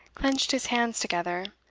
clenched his hands together,